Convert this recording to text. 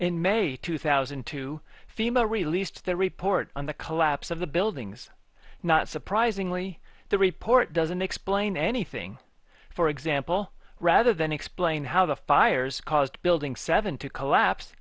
in may two thousand and two fema released their report on the collapse of the buildings not surprisingly the report doesn't explain anything for example rather than explain how the fires caused building seven to collapse